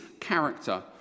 character